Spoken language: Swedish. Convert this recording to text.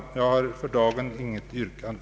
Jag har för dagen inte något yrkande.